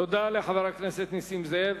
תודה לחבר הכנסת נסים זאב.